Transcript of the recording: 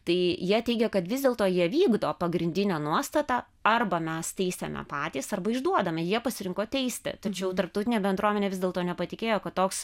tai jie teigė kad vis dėlto jie vykdo pagrindinio nuostatą arba mes teisiame patys arba išduodame jie pasirinko teisti tačiau tarptautinė bendruomenė vis dėlto nepatikėjo kad toks